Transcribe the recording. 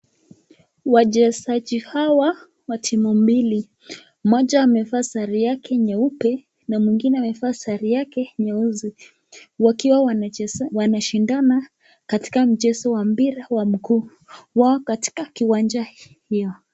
Wachezaji hawa wa timu mbili, moja amevaa sare yake nyeupe na mwengine amevaa sare yake nyeusi wakiwa wanashindana katika mchezo wa mpira wa mguu wao katika uwanja hiyo.